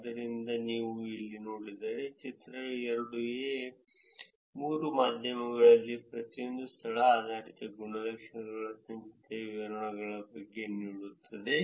ಆದ್ದರಿಂದ ನೀವು ಇಲ್ಲಿ ನೋಡಿದರೆ ಚಿತ್ರ 2 ಮೂರು ಮಾಧ್ಯಮಗಳಲ್ಲಿ ಪ್ರತಿಯೊಂದು ಸ್ಥಳ ಆಧಾರಿತ ಗುಣಲಕ್ಷಣಗಳ ಸಂಚಿತ ವಿತರಣೆಯನ್ನು ನಿಮಗೆ ನೀಡುತ್ತಿದೆ a ಫೋರ್ಸ್ಕ್ವೇರ್ b ಎಂಬುದು ಗೂಗಲ್ ಪ್ಲಸ್ ಮತ್ತು c ಎಂಬುದು ಟ್ವಿಟರ್ ಗಾಗಿ ಆಗಿರುತ್ತದೆ